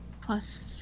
plus